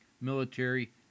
military